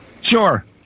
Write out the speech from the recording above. Sure